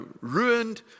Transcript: ruined